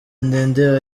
ndende